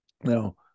Now